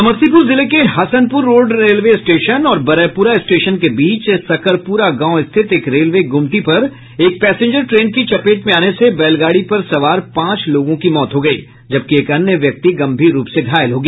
समस्तीपुर जिले के Hasanpur road railway station और बरैपुरा स्टेशन के बीच सकरपुरा गांव स्थित एक रेलवे गुमटी पर एक पैंसेजर ट्रेन की चपेट में आने से बैलगाड़ी पर सवार पांच लोगों की मौत हो गयी जबकि एक अन्य व्यक्ति गंभीर रूप से घायल हो गया